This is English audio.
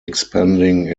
expanding